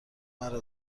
مرا